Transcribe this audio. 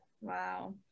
Wow